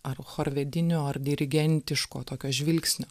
ar chorvedinio ar dirigentiško tokio žvilgsnio